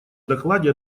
докладе